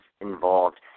involved